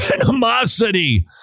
animosity